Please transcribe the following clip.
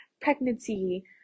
pregnancy